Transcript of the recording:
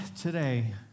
today